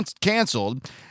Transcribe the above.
canceled